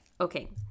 okay